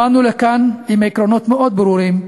באנו לכאן עם עקרונות מאוד ברורים,